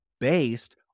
based